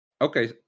Okay